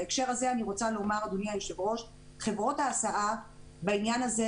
בהקשר הזה אני רוצה לומר אדוני היושב ראש שחברות ההסעה בעניין הזה,